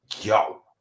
Yo